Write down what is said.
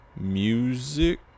music